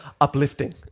uplifting